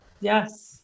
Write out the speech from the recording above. Yes